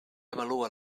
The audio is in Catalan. avalua